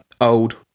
old